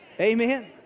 Amen